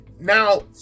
now